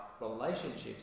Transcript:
relationships